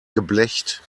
geblecht